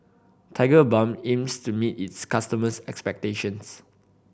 Tigerbalm aims to meet its customers expectations